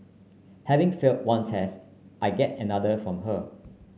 having failed one test I get another from her